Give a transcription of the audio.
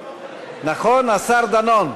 נכון, השר דנון?